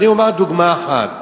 ואני אומר דוגמה אחת.